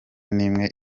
n’imwe